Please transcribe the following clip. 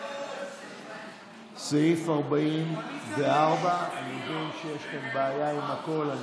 סעיף 44. אני מבקש לשבת במקום.